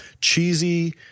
cheesy